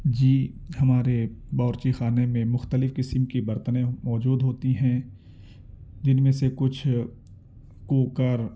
جی ہمارے باورچی خانے میں مختلف قسم کی برتنیں موجود ہوتی ہیں جن میں سے کچھ کوکر